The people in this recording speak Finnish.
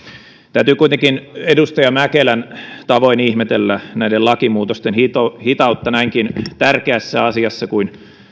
täytyy kuitenkin edustaja mäkelän tavoin ihmetellä näiden lakimuutosten hitautta hitautta näinkin tärkeässä asiassa kuin